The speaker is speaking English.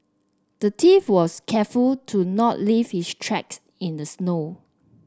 the thief was careful to not leave his tracks in the snow